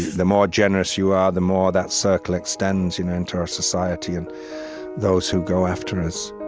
the more generous you are, the more that circle extends you know into our society and those who go after us